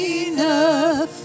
enough